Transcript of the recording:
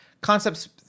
concepts